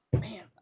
man